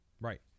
Right